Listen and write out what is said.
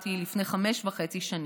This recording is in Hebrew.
שהובלתי לפני חמש שנים וחצי.